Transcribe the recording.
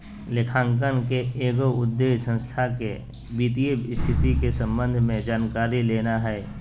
लेखांकन के एगो उद्देश्य संस्था के वित्तीय स्थिति के संबंध में जानकारी लेना हइ